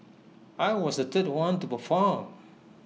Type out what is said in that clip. I was the third one to perform